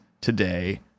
today